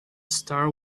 star